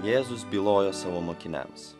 jėzus bylojo savo mokiniams